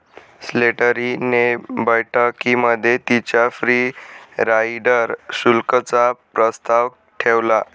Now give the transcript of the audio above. Slattery ने बैठकीमध्ये तिच्या फ्री राईडर शुल्क चा प्रस्ताव ठेवला